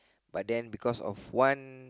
but then because of one